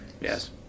Yes